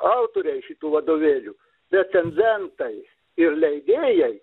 autoriai šitų vadovėlių recenzentai ir leidėjai